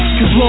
Cause